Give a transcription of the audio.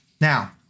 Now